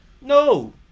No